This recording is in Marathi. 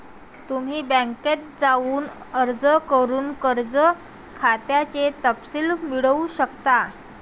तुम्ही बँकेत जाऊन अर्ज करून कर्ज खात्याचे तपशील मिळवू शकता